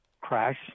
crash